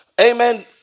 amen